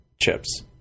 chips